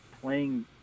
playing